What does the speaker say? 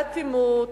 באטימות,